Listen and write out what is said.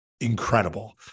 incredible